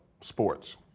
sports